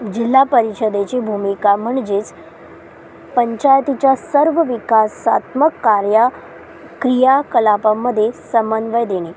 जिल्हा परिषदेची भूमिका म्हणजेच पंचयातीच्या सर्व विकासात्मक कार्या क्रियाकलापामध्ये समन्वय देणे